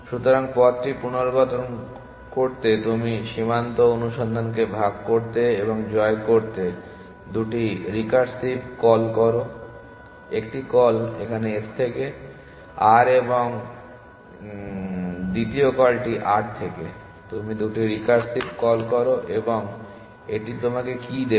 সুতরাং পথটি পুনর্গঠন করতে তুমি সীমান্ত অনুসন্ধানকে ভাগ করতে এবং জয় করতে দুটি রিকার্সিভ কল করো 1টি কল এখানে s থেকে r এবং 2য় কলটি r থেকে তুমি 2টি রিকার্সিভ কল করো এবং এটি তোমাকে কী দেবে